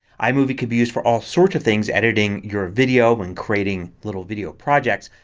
imovie can be used for all sorts of things. editing your video when creating little video projects.